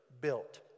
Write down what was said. built